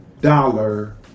dollar